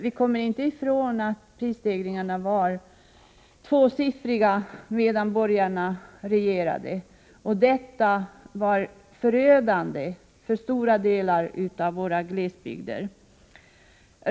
Vi kommer inte ifrån att prisstegringarna var tvåsiffriga medan borgarna regerade. Detta var förödande för stora delar av våra glesbygder.